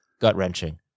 gut-wrenching